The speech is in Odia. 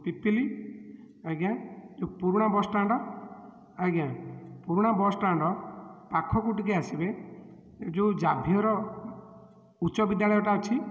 ପିପିଲି ଆଜ୍ଞା ଯେଉଁ ପୁରୁଣା ବସ୍ ଷ୍ଟାଣ୍ଡ୍ ଆଜ୍ଞା ପୁରୁଣା ବସ୍ ଷ୍ଟାଣ୍ଡ୍ ପାଖକୁ ଟିକିଏ ଆସିବେ ଯେଉଁ ଜାଭିୟର୍ ଉଚ୍ଚ ବିଦ୍ୟାଳୟଟା ଅଛି